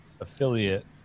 affiliate